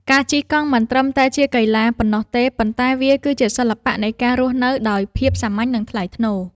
ការជិះកង់មិនត្រឹមតែជាកីឡាប៉ុណ្ណោះទេ ប៉ុន្តែវាគឺជាសិល្បៈនៃការរស់នៅដោយភាពសាមញ្ញ និងថ្លៃថ្នូរ។